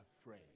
afraid